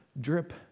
drip